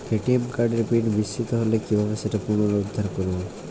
ATM কার্ডের PIN বিস্মৃত হলে কীভাবে সেটা পুনরূদ্ধার করব?